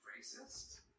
Racist